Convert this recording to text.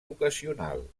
ocasional